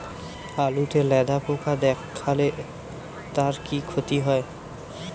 আলুতে লেদা পোকা দেখালে তার কি ক্ষতি হয়?